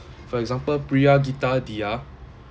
for example priyageetha dia